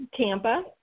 Tampa